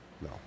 no